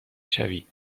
شوی